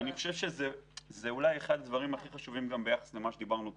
זה אולי אחד הדברים הכי חשובים גם ביחס למה שדיברנו קודם.